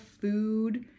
food